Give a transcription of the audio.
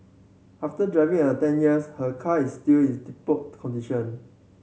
after driving a ten years her car is still is tip top condition